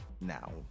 now